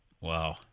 Wow